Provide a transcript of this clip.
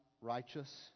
righteous